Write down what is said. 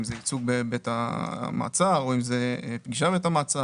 אם זה ייצוג בבית המעצר או אם זה פגישה בבית המעצר,